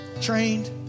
trained